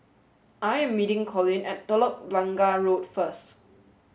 I am meeting Collin at Telok Blangah Road first